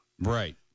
Right